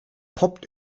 poppt